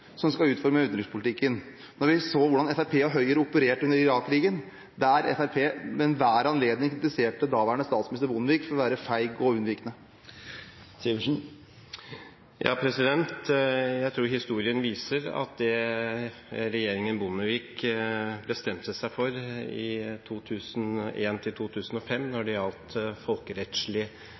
som skal utforme utenrikspolitikken, når vi så hvordan Fremskrittspartiet og Høyre opererte under Irak-krigen, der Fremskrittspartiet ved enhver anledning kritiserte daværende statsminister Bondevik for å være feig og unnvikende? Jeg tror historien viser at det regjeringen Bondevik bestemte seg for i 2001–2005 når det gjaldt